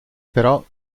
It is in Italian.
però